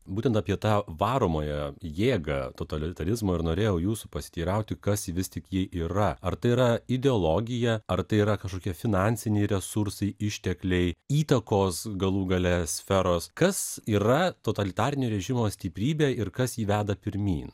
būtent apie tą varomąją jėgą totalitarizmo ir norėjau jūsų pasiteirauti kas vis tik ji yra ar tai yra ideologija ar tai yra kažkokie finansiniai resursai ištekliai įtakos galų gale sferos kas yra totalitarinio režimo stiprybė ir kas jį veda pirmyn